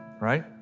right